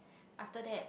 after that